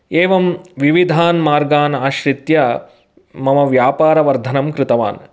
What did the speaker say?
एवं विविधान् मार्गान् आश्रित्य मम व्यापारवर्धनं कृतवान्